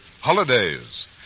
holidays